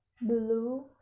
blue